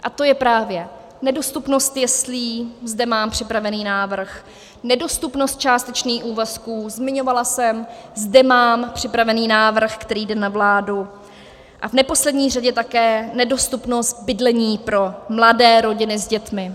A to je právě nedostupnost jeslí, zde mám připravený návrh, nedostupnost částečných úvazků, zmiňovala jsem, zde mám připravený návrh, který jde na vládu, a v neposlední řadě také nedostupnost bydlení pro mladé rodiny s dětmi.